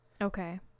Okay